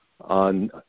on